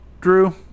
Drew